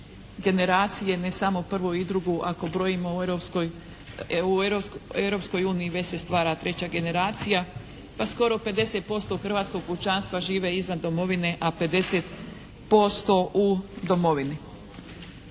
ne samo prvu i drugu ako brojimo u Europskoj uniji već se stvara treća generacija, pa skoro 50% hrvatskog pučanstva žive izvan domovine, a 50% u domovini.